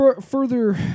further